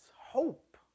hope